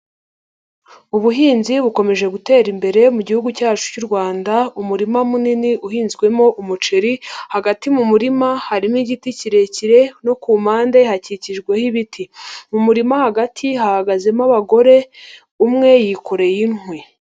Ubuhinzi bukomeje gutera imbere mu gihugu cyacu cy'u Rwanda, umurima munini uhinzwemo umuceri, hagati mu murima harimo igiti kirekire no ku mpande hakikijweho ibiti, mu murima hagati hahagazemo abagore umwe yikoreye inkwi.